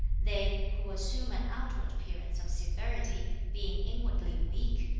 they who assume an outward appearance of severity, being inwardly weak,